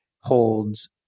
holds